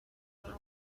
world